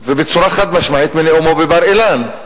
ובצורה חד-משמעית מנאומו בבר-אילן.